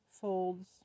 Folds